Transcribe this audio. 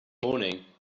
moaning